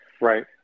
Right